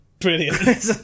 Brilliant